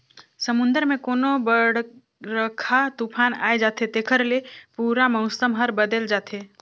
समुन्दर मे कोनो बड़रखा तुफान आये जाथे तेखर ले पूरा मउसम हर बदेल जाथे